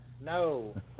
No